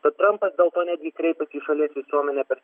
bet trampas dėl to netgi kreipėsi į šalies visuomenę per